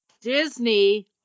Disney